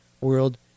world